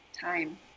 time